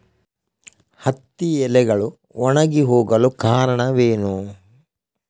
ಹತ್ತಿ ಎಲೆಗಳು ಒಣಗಿ ಹೋಗಲು ಕಾರಣವೇನು?